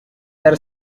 there